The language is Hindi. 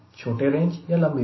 छोटे रेंज या लंबी रेंज